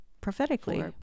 prophetically